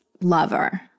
lover